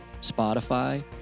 Spotify